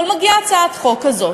אבל מגיעה הצעת חוק כזאת,